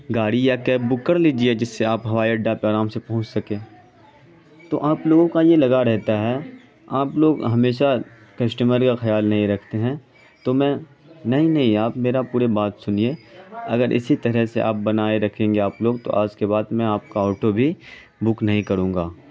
گاڑی یا cab book کر لیجیے جس سے آپ ہوائی اڈہ پہ آرام سے پہنچ سکیں تو آپ لوگوں کا یہ لگا رہتا ہے آپ لوگ ہمیشہ کسٹمر کا خیال نہیں رکھتے ہیں تو میں نہیں نہیں آپ میرا پورے بات سنیے اگر اسی طرح سے آپ بنائے رکھیں گے آپ لوگ تو آج کے بعد میں آپ کا آٹو بھی بک نہیں کروں گا